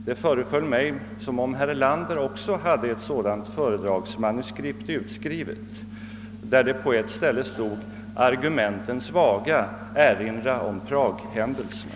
Det föreföll som om herr Erlander också hade ett sådant föredragsmanuskript där det på ett ställe stod: Argumenten svaga, erinra om praghändelserna!